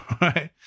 Right